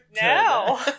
now